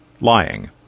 lying